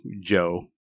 Joe